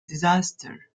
disaster